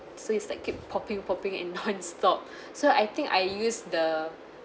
so is like keep popping popping and non-stop so I think I use the